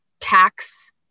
tax